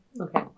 Okay